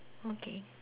okay